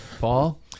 Paul